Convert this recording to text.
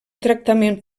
tractament